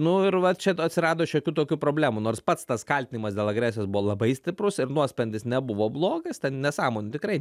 nu ir va čia atsirado šiokių tokių problemų nors pats tas kaltinimas dėl agresijos buvo labai stiprus ir nuosprendis nebuvo blogas ten nesąmonių tikrai